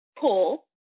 pull